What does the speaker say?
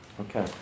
Okay